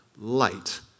light